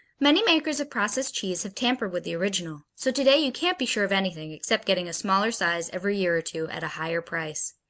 many makers of processed cheese have tampered with the original, so today you can't be sure of anything except getting a smaller size every year or two, at a higher price.